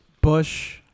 Bush